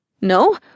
No